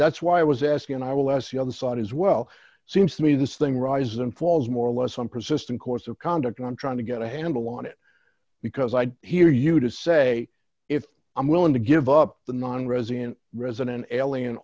that's why i was asking and i will ask the other side as well seems to me this thing rises and falls more or less some persistent course of conduct and i'm trying to get a handle on it because i'd hear you to say if i'm willing to give up the nonresident resident alien